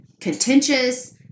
contentious